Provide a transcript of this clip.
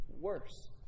Worse